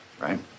right